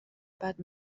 بعد